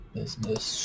Business